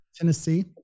Tennessee